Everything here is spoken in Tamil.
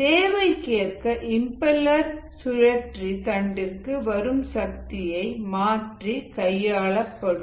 தேவைக்கேற்ப இம்பெலர் சுழற்சி தண்டிற்கு வரும் சக்தியை மாற்றி கையாளப்படும்